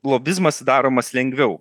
lobizmas daromas lengviau